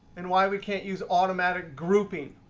and why we can't use automatic grouping.